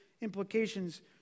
implications